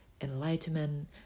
enlightenment